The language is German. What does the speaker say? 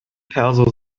perso